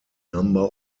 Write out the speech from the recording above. number